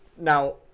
Now